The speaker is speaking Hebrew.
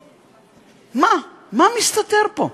מה, מה מסתתר פה,